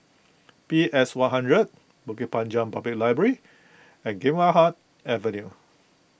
PS one hundred Bukit Panjang Public Library and Gymkhana Avenue